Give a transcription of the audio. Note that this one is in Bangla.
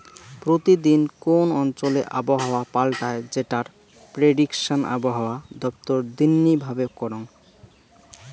প্রতি দিন কোন অঞ্চলে আবহাওয়া পাল্টায় যেটার প্রেডিকশন আবহাওয়া দপ্তর দিননি ভাবে করঙ